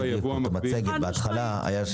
זה היה במצגת בהתחלה.